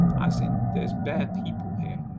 as in there's bare people here,